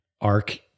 arc